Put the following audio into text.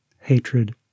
hatred